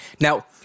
Now